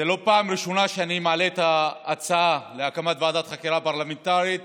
זו לא פעם ראשונה שאני מעלה את ההצעה להקמת ועדת חקירה פרלמנטרית